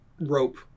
rope